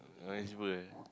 uh